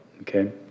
Okay